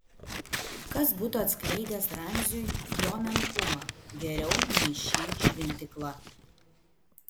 kas būtų atskleidęs ramziui jo menkumą geriau nei ši šventykla